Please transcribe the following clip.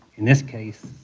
in this case,